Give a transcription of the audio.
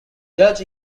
judge